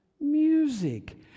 music